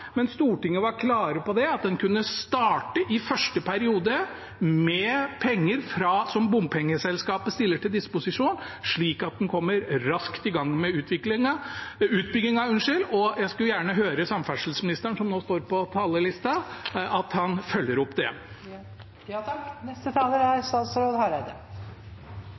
men Stortinget var klar på at en kunne starte i første periode med penger som bompengeselskapet stiller til disposisjon, slik at en kom raskt i gang med utbyggingen. Jeg skulle gjerne høre at samferdselsministeren, som nå står på talerlista, følger opp det. Eg vil svare kort på den utfordringa som representanten Helleland kom med, og for så vidt også Myrli. Det er